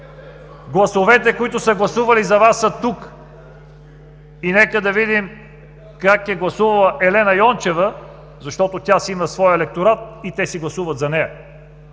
гласовете, които са гласували за Вас, са тук. Нека да видим как е гласувала Елена Йончева, защото тя си има своя електорат и те си гласуват за нея“.